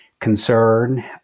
concern